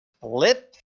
flip